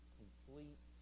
complete